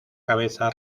cabeza